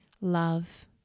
love